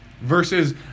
versus